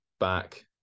back